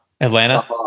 Atlanta